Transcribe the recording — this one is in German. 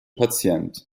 patient